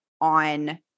on